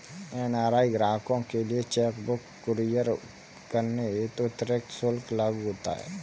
NRI ग्राहकों के लिए चेक बुक कुरियर करने हेतु अतिरिक्त शुल्क लागू होता है